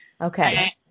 Okay